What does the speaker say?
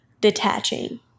detaching